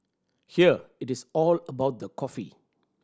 here it is all about the coffee